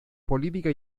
política